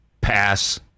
pass